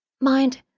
mind